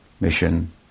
mission